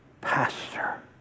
pastor